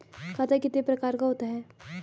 खाता कितने प्रकार का होता है?